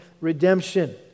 redemption